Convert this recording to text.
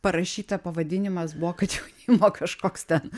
parašyta pavadinimas buvo kad jaunimo kažkoks ten